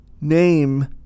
name